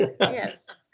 Yes